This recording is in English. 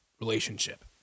relationship